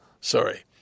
Sorry